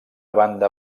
banda